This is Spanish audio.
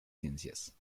ciencias